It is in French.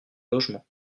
logement